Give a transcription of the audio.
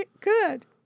Good